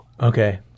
Okay